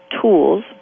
tools